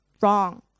wrong